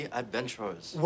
adventures